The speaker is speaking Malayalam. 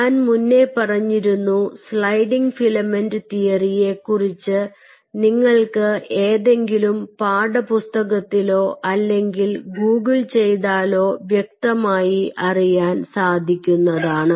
ഞാൻ മുന്നേ പറഞ്ഞിരുന്നു സ്ലൈഡിങ് ഫിലമെൻറ് തിയറിയെ കുറിച്ച് നിങ്ങൾക്ക് ഏതെങ്കിലും പാഠപുസ്തകത്തിലോ അല്ലെങ്കിൽ ഗൂഗിൾ ചെയ്താലോ വ്യക്തമായി അറിയാൻ സാധിക്കുന്നതാണ്